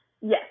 yes